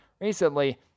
Recently